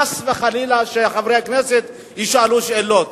חס וחלילה שחברי הכנסת ישאלו שאלות.